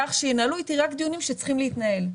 כך שינהלו איתי רק דיונים שצריכים להתנהל.